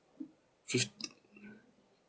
fift~